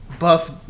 buff